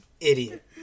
Idiot